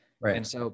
Right